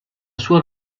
sua